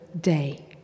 day